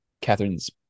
Catherine's